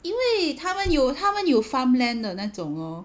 因为他们有他们有 farmland 的那种咯